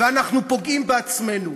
ואנחנו פוגעים בעצמנו.